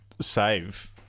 save